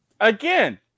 Again